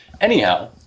Anyhow